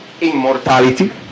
immortality